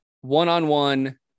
one-on-one